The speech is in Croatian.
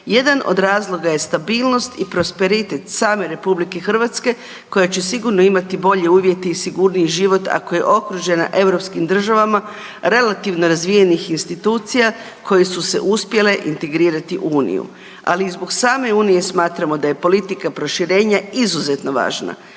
Jedan od razloga je stabilnost i prosperitet same RH koja će sigurno imati bolje uvjete i sigurniji život, ako je okružena europskih državama, relativno razvijenih institucija koje su se uspjele integrirati u Uniju, ali i zbog same Unije smatramo da je politika proširenja izuzetno važna.